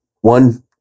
One